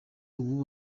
ubu